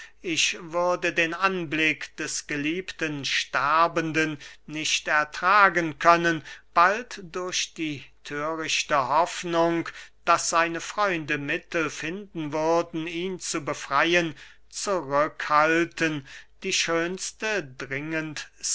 ich würde den anblick des geliebten sterbenden nicht ertragen können bald durch die thörichte hoffnung daß seine freunde mittel finden würden ihn zu befreyen zurück halten die schönste dringendste